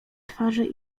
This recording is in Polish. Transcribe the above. twarzy